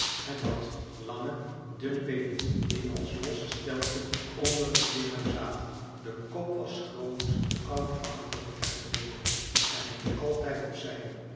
het had lange dunne beenen die als losse stelten onder het lichaam zaten de kop was groot oudachtig en gerimpeld en hing altijd op